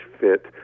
fit